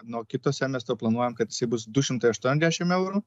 nuo kito semestro planuojam kad jisai bus du šimtai aštuondešim eurų